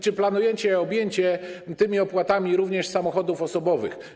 Czy planujecie objęcie tymi opłatami również samochodów osobowych?